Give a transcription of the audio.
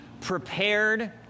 prepared